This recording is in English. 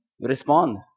respond